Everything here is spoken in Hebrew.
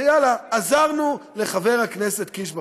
ויאללה, עזרנו לחבר הכנסת קיש בפריימריז.